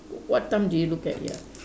what time do you look at ya